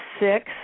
six